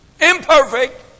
Imperfect